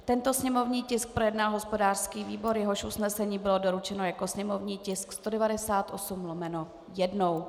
Tento sněmovní tisk projednal hospodářský výbor, jehož usnesení bylo doručeno jako sněmovní tisk 198/1.